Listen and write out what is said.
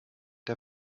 der